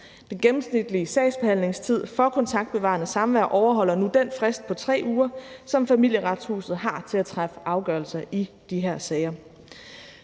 Den gennemsnitlige sagsbehandlingstid for kontaktbevarende samvær overholder nu den frist på 3 uger, som Familieretshuset har til at træffe afgørelse i de her sager.